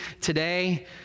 today